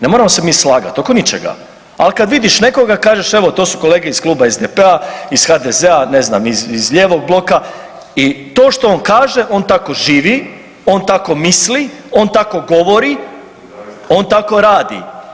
Ne moramo se mi slagat oko ničega, ali kad vidiš nekoga kažeš evo to su kolege iz Kluba SDP-a, iz HDZ-a ne znam i lijevog bloka i to je što on kaže on tako živi, on tako misli, on tako govori on tako radi.